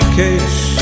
case